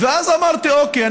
ואז אמרתי: אוקיי,